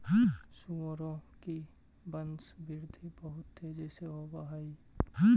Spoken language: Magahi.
सुअरों की वंशवृद्धि बहुत तेजी से होव हई